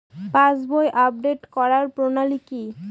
পাসবই update করার প্রণালী কি?